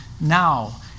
now